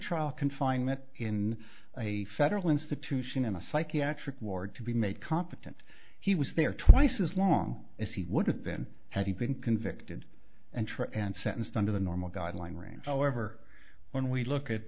trial confinement in a federal institution in a psychiatric ward to be made competent he was there twice as long as he would have been had he been convicted and try and sentenced under the normal guideline range however when we look at